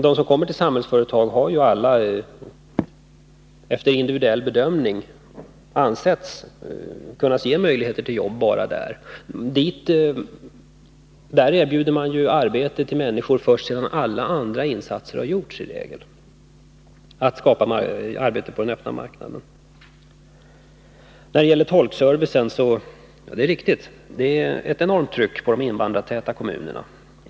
De som kommer till Samhälls Nr 80 företag har ju alla efter individuell bedömning ansetts kunna ges möjligheter Måndagen den att jobba bara där. Där erbjuder man ju i regel arbete till människor först — 15 februari 1982 sedan alla andra insatser har gjorts att skapa arbete på den öppna marknaden. När det gäller tolkservicen är det riktigt att det är ett enormt tryck på de invandrartäta kommunerna.